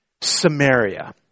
Samaria